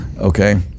Okay